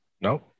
No